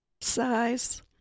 Size